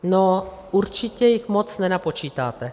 No určitě jich moc nenapočítáte.